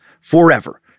forever